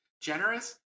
generous